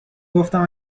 گفتم